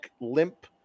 limp